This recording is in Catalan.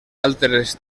altres